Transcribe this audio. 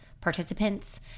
participants